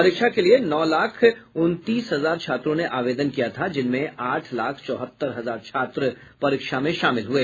परीक्षा के लिए नौ लाख उनतीस हजार छात्रों ने आवेदन किया था जिनमें आठ लाख चौहत्तर हजार छात्र परीक्षा में शामिल हुए